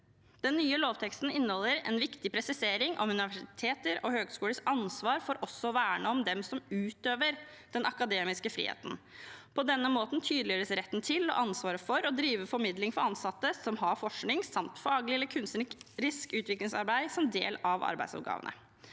Den nye lovteksten inneholder en viktig presisering om universiteters og høyskolers ansvar for også å verne om dem som utøver den akademiske friheten. På denne måten tydeliggjøres retten til – og ansvaret for – å drive formidling for ansatte som har forskning samt faglig eller kunstnerisk utviklingsarbeid som del av arbeidsoppgavene.